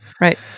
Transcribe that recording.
right